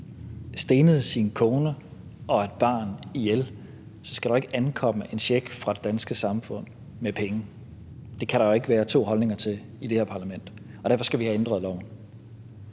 stenet sin kone og et barn ihjel, skal der ikke ankomme en check fra det danske samfund med penge. Det kan der jo ikke være to holdninger til i det her parlament. Derfor skal vi have ændret loven.